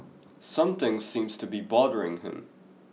something seems to be bothering him